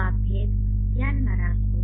તો આ ભેદ ધ્યાનમાં રાખો